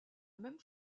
même